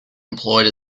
employed